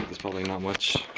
there's probably not much